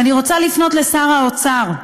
ואני רוצה לפנות אל שר האוצר: